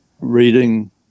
reading